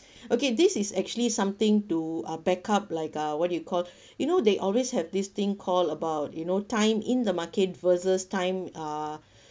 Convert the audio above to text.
okay this is actually something to uh backup like uh what do you call you know they always have this thing called about you know time in the market versus time uh